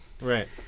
Right